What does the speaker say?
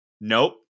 nope